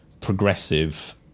progressive